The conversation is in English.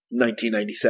1997